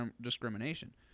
discrimination